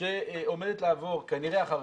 שעומדת לעבור כנראה אחרינו,